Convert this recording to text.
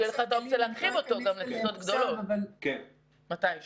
אז שתהיה לך האופציה להרחיב אותו גם לטיסות גדולות מתי שהוא.